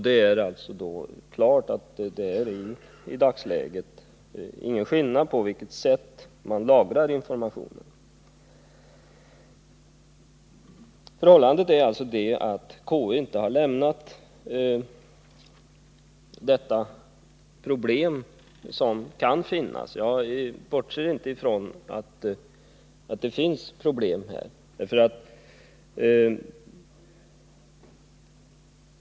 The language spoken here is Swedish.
Det är alltså klart att det i dagsläget inte är någon skillnad när det gäller på vilket sätt man lagrar information. Förhållandet är alltså det att KU inte har lämnat detta problem, som kan finnas, åt sidan. Jag bortser inte från att det finns problem här.